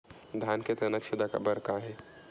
धान के तनक छेदा बर का हे?